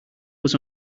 was